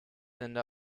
linda